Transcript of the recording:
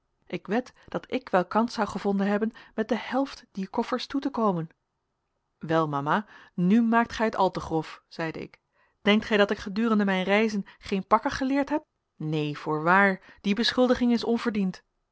ik wed dat ik wel kans zou gevonden hebben met de helft dier koffers toe te komen wel mama nu maakt gij het al te grof zeide ik denkt gij dat ik gedurende mijn reizen geen pakken geleerd heb neen voorwaar die beschuldiging is onverdiend